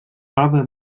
roba